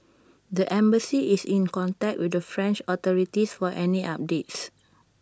the embassy is in contact with the French authorities for any updates